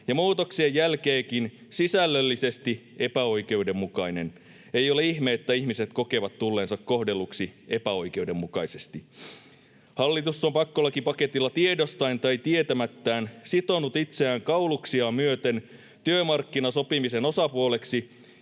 ja muutoksien jälkeenkin sisällöllisesti epäoikeudenmukainen. Ei ole ihme, että ihmiset kokevat tulleensa kohdelluiksi epäoikeudenmukaisesti. ”Hallitus on pakkolakipaketilla tiedostaen tai tietämättään sitonut itseään kauluksiaan myöten työmarkkinasopimisen osapuoleksi